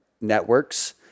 networks